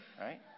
right